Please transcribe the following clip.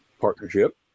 partnership